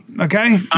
okay